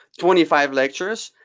twenty five lectures.